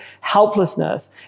helplessness